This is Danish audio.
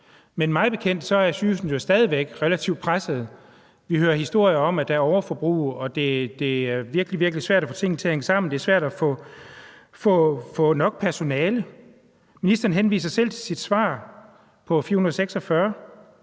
Men mig bekendt er sygehusene jo stadig væk relativt pressede. Vi hører historier om, at der er overforbrug, og at det er virkelig, virkelig svært at få tingene til at hænge sammen, at det er svært at få nok personale. Ministeren henviser selv til sit svar på